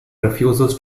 refuses